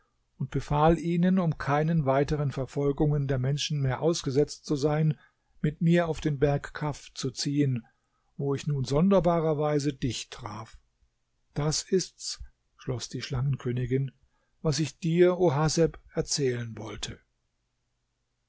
und befahl ihnen um keinen weiteren verfolgungen der menschen mehr ausgesetzt zu sein mit mir auf den berg kaf zu ziehen wo ich nun sonderbarerweise dich traf das ist's schloß die schlangenkönigin was ich dir o haseb erzählen wollte